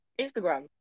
instagram